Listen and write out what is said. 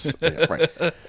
right